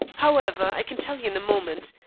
however, i can tell you in a moment,